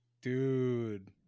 Dude